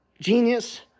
genius